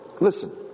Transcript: listen